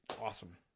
awesome